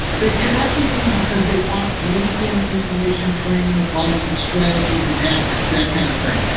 they connect with me because they want linkedin information, training, advice and strategies, and tactics, that kind of thing.